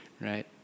right